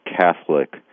Catholic